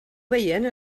veient